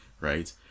right